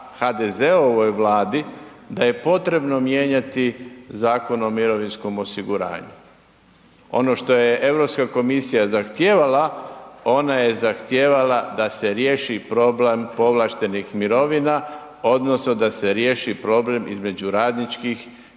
HDZ-ovoj Vladi da je potrebno mijenjati Zakon o mirovinskom osiguranju. Ono što je EU komisija zahtijevala, ona je zahtijevala da se riješi problem povlaštenih mirovina, odnosno da se riješi problem između radničkih